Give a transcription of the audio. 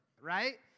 right